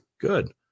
good